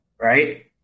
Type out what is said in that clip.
right